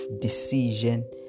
decision